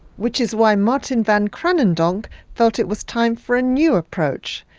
which is why martin van kranendonk thought it was time for a new approach.